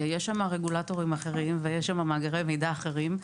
יש שם רגולטורים אחרים ויש שם מאגרי מידע אחרים,